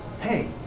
hey